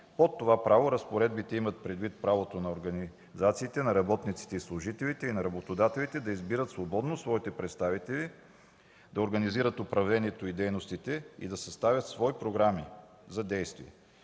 Под „това право” разпоредбите имат предвид правото на организациите на работниците и служителите и на работодателите да избират свободно своите представители, да организират управлението и дейностите си и да съставят свои програми за действие.